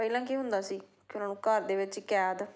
ਪਹਿਲਾਂ ਕੀ ਹੁੰਦਾ ਸੀ ਕਿ ਉਹਨਾਂ ਨੂੰ ਘਰ ਦੇ ਵਿੱਚ ਕੈਦ